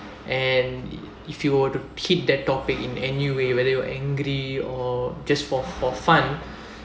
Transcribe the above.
and if you were to hit that topic in any way whether you angry or just for for fun